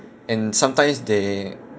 and sometimes they